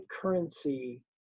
currency